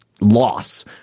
loss